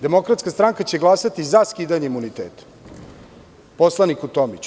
Demokratska stranka će glasati za skidanje imuniteta poslaniku Tomiću.